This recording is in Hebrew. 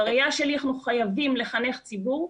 בראייה שלי אנחנו חייבים לחנך את הציבור,